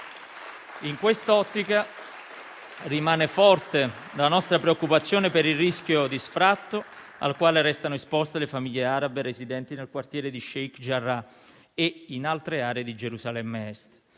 In quest'ottica, rimane forte la nostra preoccupazione per il rischio di sfratto al quale restano esposte le famiglie arabe residenti nel quartiere di Sheikh Jarrah e in altre aree di Gerusalemme Est.